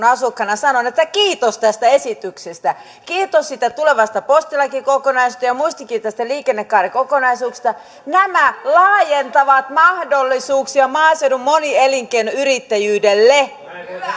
asukkaana sanon että kiitos tästä esityksestä kiitos siitä tulevasta postilakikokonaisuudesta ja muistakin tästä liikennekaarikokonaisuudesta nämä laajentavat mahdollisuuksia maaseudun monielinkeinoyrittäjyydelle